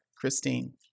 Christine